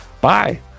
bye